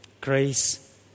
grace